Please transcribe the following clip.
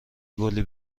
گلی